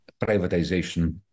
privatization